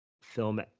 film